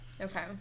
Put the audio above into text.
okay